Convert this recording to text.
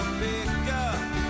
pickup